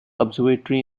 observatory